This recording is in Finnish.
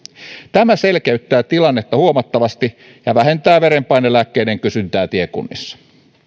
tämä selkeyttää tilannetta huomattavasti ja vähentää verenpainelääkkeiden kysyntää tiekunnissa